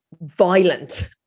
violent